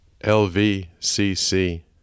L-V-C-C